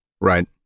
Right